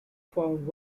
found